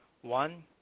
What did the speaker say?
one